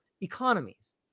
economies